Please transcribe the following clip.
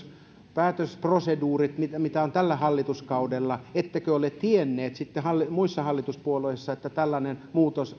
päätösproseduurit mitä mitä on tällä hallituskaudella ettekö ole tienneet sitten muissa hallituspuolueissa että tällainen muutos